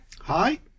Hi